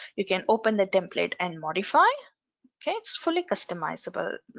you can open the template and modify okay it's fully customizable.